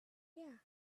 yeah